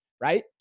right